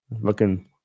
looking